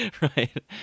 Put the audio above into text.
right